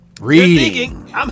reading